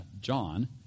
John